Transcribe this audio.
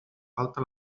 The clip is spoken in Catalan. falta